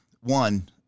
one